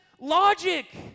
logic